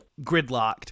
Gridlocked